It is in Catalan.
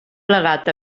plegat